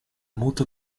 motor